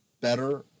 better